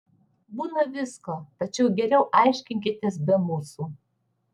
būna visko tačiau geriau aiškinkitės be mūsų